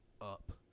up